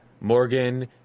Morgan